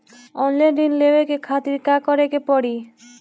Online ऋण लेवे के खातिर का करे के पड़ी?